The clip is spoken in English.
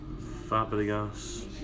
Fabregas